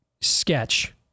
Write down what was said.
sketch